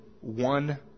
one